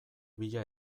bila